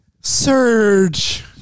Surge